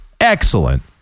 excellent